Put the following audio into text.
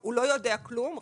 הוא לא יודע כלום,